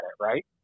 right